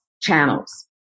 channels